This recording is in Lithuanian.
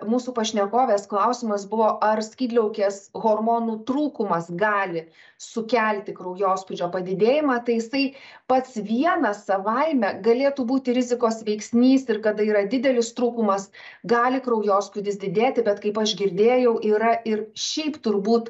mūsų pašnekovės klausimas buvo ar skydliaukės hormonų trūkumas gali sukelti kraujospūdžio padidėjimą tai jisai pats vienas savaime galėtų būti rizikos veiksnys ir kada yra didelis trūkumas gali kraujospūdis didėti bet kaip aš girdėjau yra ir šiaip turbūt